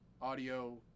Audio